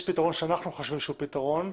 שאנחנו חושבים שהוא פתרון.